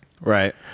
Right